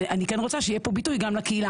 אני כן רוצה שיהיה פה ביטוי לקהילה,